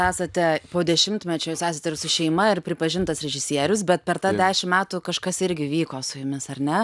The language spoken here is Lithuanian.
esate po dešimtmečio jūs esat ir su šeima ir pripažintas režisierius bet per tą dešim metų kažkas irgi vyko su jumis ar ne